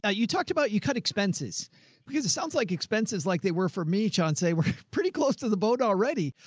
ah you talked about you cut expenses because it sounds like expenses like they were for me. john say we're pretty close to the boat already,